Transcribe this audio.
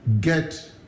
get